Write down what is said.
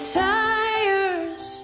tires